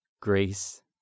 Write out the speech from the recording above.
grace